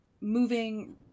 moving